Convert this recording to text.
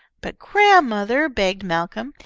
but, grandmother, begged malcolm,